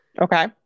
Okay